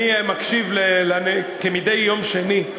אני מקשיב, כמדי יום שני,